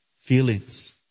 feelings